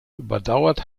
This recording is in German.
überdauert